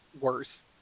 worse